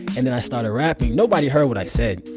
and then i started rapping. nobody heard what i said,